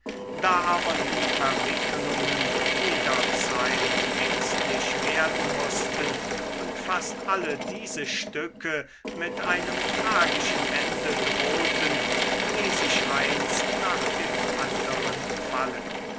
da aber die verwicklungen jederzeit ängstlich werden mußten und fast alle diese stücke mit einem tragischen ende drohten ließ ich eins nach dem anderen fallen